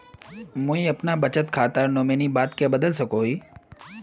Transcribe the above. मुई अपना बचत खातार नोमानी बाद के बदलवा सकोहो ही?